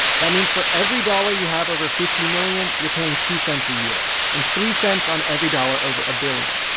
that means for every dollar you have over fifty million, you're paying two cents a year, and three cents on every dollar over a billion.